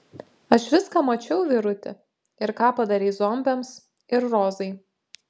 aš viską mačiau vyruti ir ką padarei zombiams ir rozai